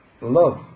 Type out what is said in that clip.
love